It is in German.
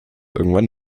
irgendwann